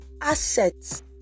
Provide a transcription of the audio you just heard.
assets